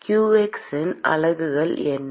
மாணவர் qx இன் அலகுகள் என்ன